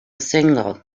single